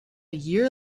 year